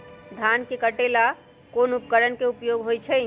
धान के काटे का ला कोंन उपकरण के उपयोग होइ छइ?